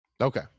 Okay